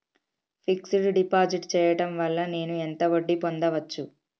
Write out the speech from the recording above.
Fix డ్ deposit చేయటం వల్ల నేను ఎంత వడ్డీ పొందచ్చు?